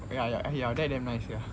ya ya ya your dad damn nice sia